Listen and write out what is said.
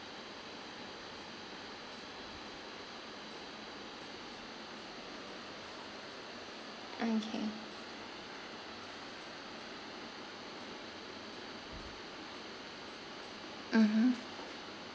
mm K mmhmm